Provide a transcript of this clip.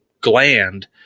gland